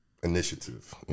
initiative